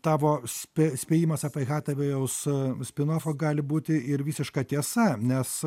tavo spė spėjimas apie hatavėjaus u spinafo gali būti ir visiška tiesa nes